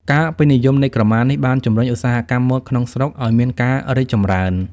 ការពេញនិយមនៃក្រមាបាន ជំរុញឧស្សាហកម្មម៉ូដក្នុងស្រុក ឲ្យមានការរីកចម្រើន។